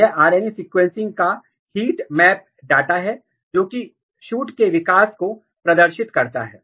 यह RNA sequencing का heat map data है जोकि सूट के विकास को प्रदर्शित करता है